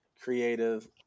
creative